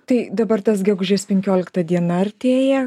tai dabar tas gegužės penkiolikta diena artėja